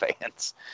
fans